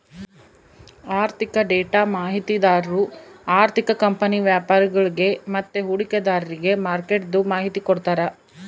ಆಋಥಿಕ ಡೇಟಾ ಮಾಹಿತಿದಾರು ಆರ್ಥಿಕ ಕಂಪನಿ ವ್ಯಾಪರಿಗುಳ್ಗೆ ಮತ್ತೆ ಹೂಡಿಕೆದಾರ್ರಿಗೆ ಮಾರ್ಕೆಟ್ದು ಮಾಹಿತಿ ಕೊಡ್ತಾರ